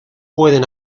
pueden